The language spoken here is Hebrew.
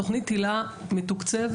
תוכנית היל"ה מתוקצבת,